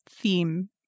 theme